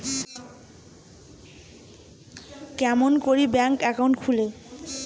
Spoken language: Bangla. কেমন করি ব্যাংক একাউন্ট খুলে?